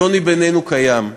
השוני בינינו קיים,